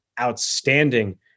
outstanding